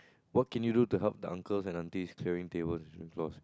what can you do to help the uncles and aunties clearing tables